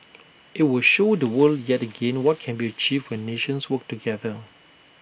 IT will show the world yet again what can be achieved when nations work together